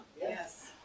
Yes